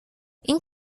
این